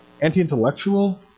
anti-intellectual